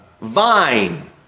vine